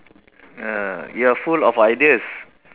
ah you are full of ideas